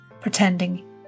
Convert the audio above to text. pretending